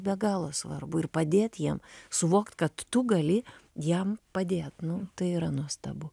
be galo svarbu ir padėt jiem suvokt kad tu gali jam padėt nu tai yra nuostabu